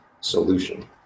solution